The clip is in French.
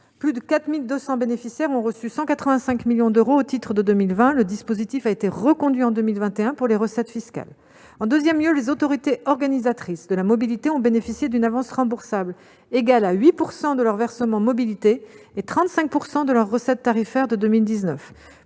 Plus de 4 200 bénéficiaires ont reçu 185 millions d'euros au titre de 2020. Le dispositif a été reconduit en 2021 pour les recettes fiscales. En deuxième lieu, les autorités organisatrices de la mobilité ont bénéficié d'une avance remboursable égale à 8 % de leurs versements mobilité et à 35 % de leurs recettes tarifaires de 2019.